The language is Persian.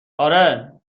آره